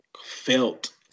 felt